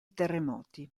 terremoti